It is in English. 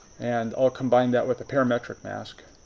and i'll combine that with a parametric mask.